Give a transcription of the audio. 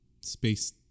space